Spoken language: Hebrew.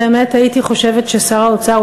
באמת הייתי חושבת ששר האוצר,